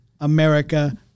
America